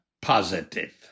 positive